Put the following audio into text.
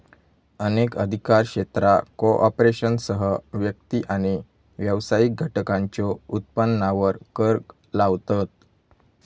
अनेक अधिकार क्षेत्रा कॉर्पोरेशनसह व्यक्ती आणि व्यावसायिक घटकांच्यो उत्पन्नावर कर लावतत